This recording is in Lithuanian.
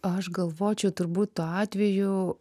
aš galvočiau turbūt tuo atveju